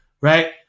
right